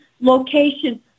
location